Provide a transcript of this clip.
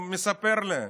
הוא מספר לי: